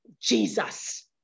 Jesus